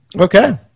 Okay